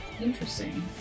Interesting